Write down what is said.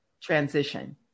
transition